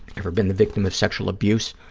ever been the victim of sexual abuse?